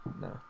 no